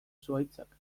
zuhaitzak